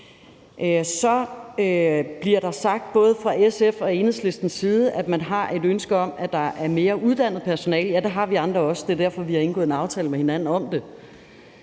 Så bliver der sagt både fra SF og Enhedslistens side, at man har et ønske om, at der er mere uddannet personale. Ja, det har vi andre også, og det er derfor, vi har indgået en aftale med hinanden om det.